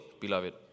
beloved